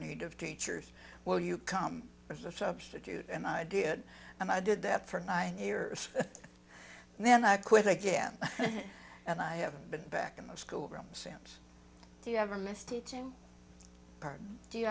need of teachers will you come as a substitute and i did and i did that for nine years and then i quit again and i haven't been back in the school room since he ever missed teaching part do you